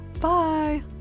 Bye